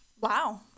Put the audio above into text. wow